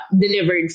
delivered